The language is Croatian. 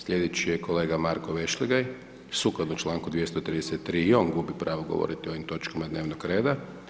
Sljedeći je kolega Marko Vešligaj, sukladno čl. 233. i on gubi pravo govoriti o ovim točkama dnevnog reda.